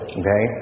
okay